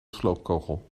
sloopkogel